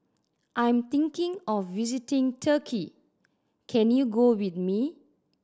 I am thinking of visiting Turkey can you go with me